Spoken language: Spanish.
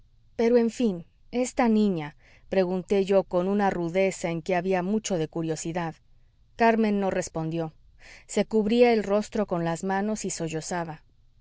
pero en fin esta niña pregunté yo con una rudeza en que había mucho de curiosidad carmen no respondió se cubría el rostro con las manos y